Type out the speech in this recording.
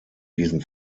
diesen